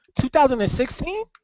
2016